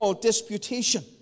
disputation